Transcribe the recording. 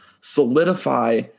solidify